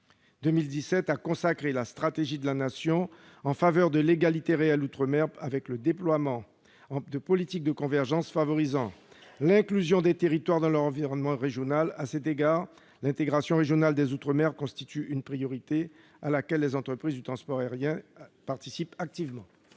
2017 a consacré la stratégie de la Nation en faveur de l'égalité réelle outre-mer, avec le déploiement de politiques de convergence favorisant « l'inclusion des territoires dans leur environnement régional ». À cet égard, l'intégration régionale des outre-mer constitue une priorité à laquelle les entreprises du transport aérien participent activement.